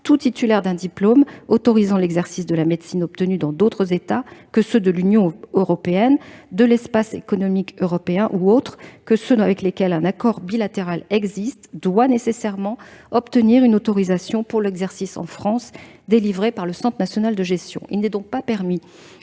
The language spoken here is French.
tout titulaire d'un diplôme autorisant l'exercice de la médecine obtenu dans d'autres États autres que les États membres de l'Union européenne ou de l'Espace économique européen ou encore que ceux avec lesquels un accord bilatéral existe, doit nécessairement obtenir une autorisation pour l'exercice en France, délivrée par le Centre national de gestion. Il n'est donc pas permis